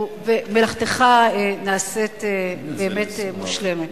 ומלאכתך נעשית באמת מושלמת.